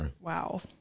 Wow